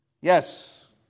Yes